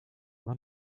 war